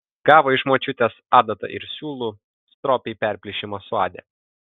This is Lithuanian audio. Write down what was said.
gavo iš močiutės adatą ir siūlų stropiai perplyšimą suadė